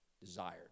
desired